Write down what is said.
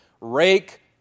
rake